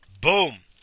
Boom